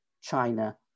China